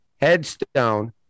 Headstone